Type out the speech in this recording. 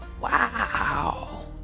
wow